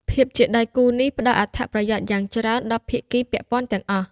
ភាពជាដៃគូនេះផ្តល់អត្ថប្រយោជន៍យ៉ាងច្រើនដល់ភាគីពាក់ព័ន្ធទាំងអស់។